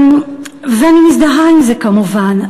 ואני מזדהה עם זה, כמובן.